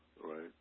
right